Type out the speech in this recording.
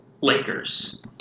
Lakers